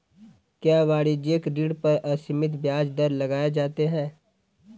क्या वाणिज्यिक ऋण पर असीमित ब्याज दर लगाए जाते हैं?